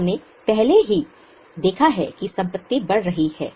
हमने पहले ही देखा है कि संपत्ति बढ़ रही है